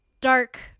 dark